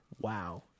Wow